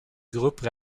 groupe